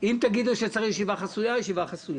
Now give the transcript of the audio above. אם תגידו שצריך ישיבה חסויה נעשה ישיבה חסויה.